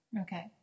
okay